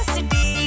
City